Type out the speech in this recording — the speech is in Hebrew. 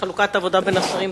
בחלוקת העבודה בין השרים.